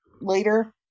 later